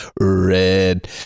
red